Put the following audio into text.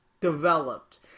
developed